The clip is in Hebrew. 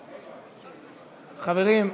חברים,